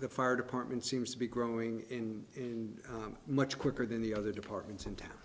the fire department seems to be growing in a much quicker than the other departments in town